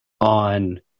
on